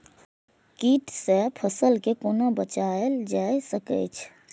कीट से फसल के कोना बचावल जाय सकैछ?